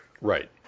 Right